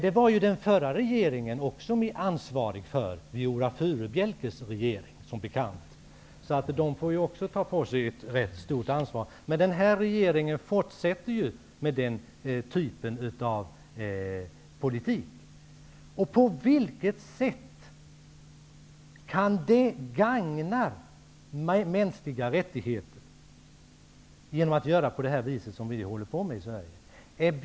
Det var också den förra regeringen ansvarig för -- Viola Furubjelkes regering. Den får också ta på sig ett stort ansvar. Men den nuvarande regeringen fortsätter ju med den sortens politik. På vilket sätt kan det gagna mänskliga rättigheter att göra på det sätt som vi nu håller på med i Sverige?